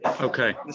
Okay